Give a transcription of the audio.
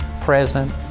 present